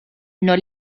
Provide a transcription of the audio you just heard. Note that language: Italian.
non